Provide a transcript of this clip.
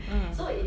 ah